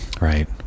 Right